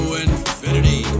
infinity